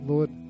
Lord